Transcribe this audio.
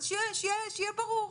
שיהיה ברור,